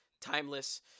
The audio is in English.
Timeless